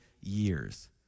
years